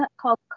called